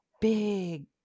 big